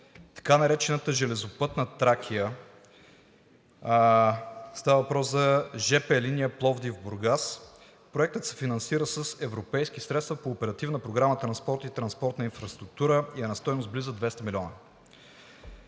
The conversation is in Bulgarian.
Така наречената Железопътна Тракия – става въпрос за жп линия Пловдив – Бургас. Проектът се финансира с европейски средства по Оперативна програма „Транспорт и транспортна инфраструктура“ и е на стойност близо 200 милиона.